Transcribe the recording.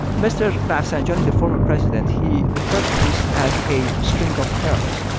mr. rafsanjani, the former president, he referred to this as a string of pearls.